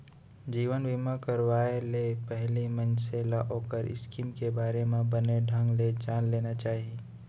जीवन बीमा करवाय ले पहिली मनसे ल ओखर स्कीम के बारे म बने ढंग ले जान लेना चाही